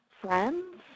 friends